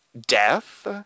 death